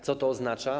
Co to oznacza?